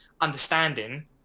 understanding